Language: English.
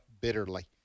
bitterly